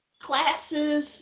classes